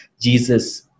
Jesus